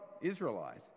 Israelite